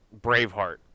braveheart